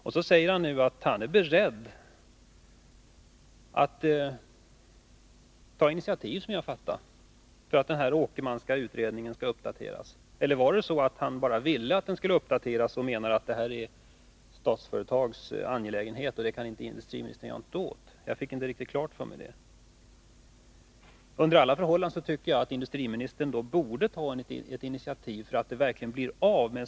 Industriministern säger nu att han är beredd — som jag fattar det hela — att ta initiativ till att den Åkermanska utredningen skall uppdateras. Eller ville han bara att den skulle uppdateras och menade att det hela är Statsföretags angelägenhet, att inte industriministern kan göra något åt det? Jag fick inte det riktigt klart för mig. Under alla förhållanden tycker jag att industriministern borde ta initiativ, Avd så att en strukturplan verkligen blir av.